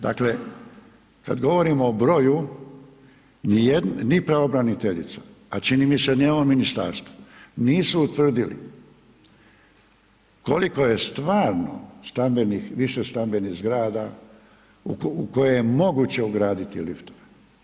Dakle, kad govorimo o broju, ni pravobraniteljica, a čini mi se ni ovo ministarstvo nisu utvrdili koliko je stvarno stambenih, višestambenih zgrada u koje je moguće ugraditi liftove.